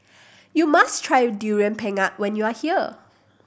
you must try Durian Pengat when you are here